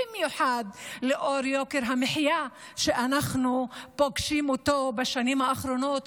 במיוחד לאור יוקר המחיה שאנחנו פוגשים בשנים האחרונות,